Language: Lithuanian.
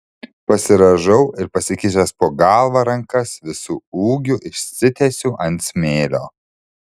pasirąžau ir pasikišęs po galva rankas visu ūgiu išsitiesiu ant smėlio